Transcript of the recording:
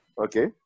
Okay